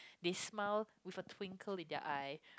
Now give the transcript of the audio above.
they smile with a twinkle in their eye